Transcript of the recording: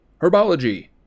Herbology